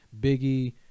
Biggie